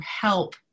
help